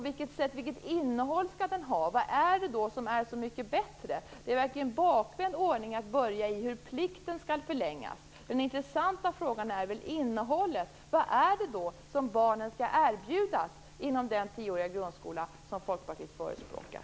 Vilket innehåll skall den ha? Vad är det som är så mycket bättre? Det är verkligen en bakvänd ordning att börja med hur plikten skall förlängas. Den intressanta frågan gäller väl innehållet. Vad är det som barnen skall erbjudas inom den tioåriga grundskola som Folkpartiet förespråkar?